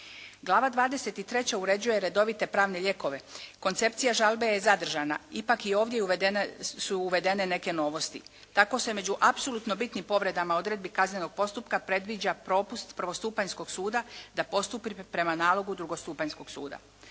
Glava 23. uređuje redovite pravne lijekove. Koncepcija žalbe je zadržana. Ipak i ovdje uvedene, su uvedene neke novosti. Tako se među apsolutno bitnim povredama odredbi kaznenog postupka predviđa propust prvostupanjskog suda da postupi prema nalogu drugostupanjskog suda.